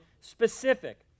specific